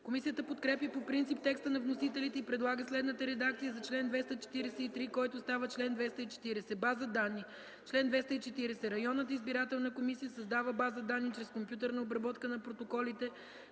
Комисията подкрепя по принцип текста на вносителя и предлага следната редакция за чл. 253, който става чл. 249: „База данни Чл. 249. Общинската избирателна комисия създава база данни чрез компютърна обработка на протоколите